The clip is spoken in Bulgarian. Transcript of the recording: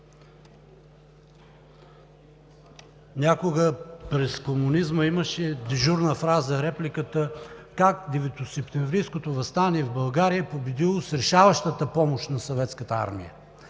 Някога през комунизма имаше дежурна фраза – как Деветосептемврийското въстание в България е победило с решаващата помощ на Съветската армия.